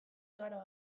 igaro